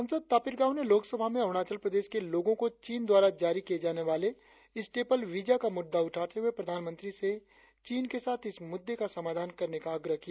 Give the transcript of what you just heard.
सांसद तापिर गाव ने लोक सभा में अरुणाचल प्रदेश के लोगों को चीन द्वारा जारी किए जाने वाले स्टेपल वीजा का मुद्दा उठाते हुए प्रधानमंत्री से चीन के साथ इस मुद्दे का समाधान करने का आग्रह किया